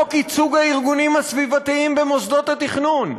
חותמו נשאר איתנו בחוק ייצוג הארגונים הסביבתיים במוסדות התכנון,